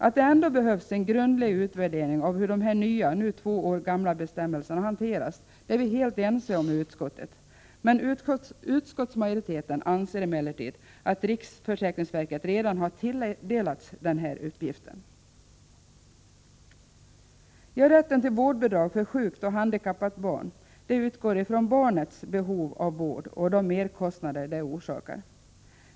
Att det ändå behövs en grundlig utvärdering av hur de nya, nu två år gamla, bestämmelserna hanteras är vi helt ense om i utskottet. Utskottsmajoriteten anser emellertid att riksförsäkringsverket redan har tilldelats denna uppgift. Rätten till vårdbidrag för sjukt eller handikappat barn utgår från barnets behov av vård och de merkostnader det orsakar.